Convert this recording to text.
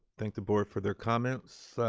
thank the board for their comments.